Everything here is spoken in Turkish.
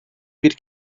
bir